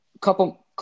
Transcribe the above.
couple